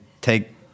take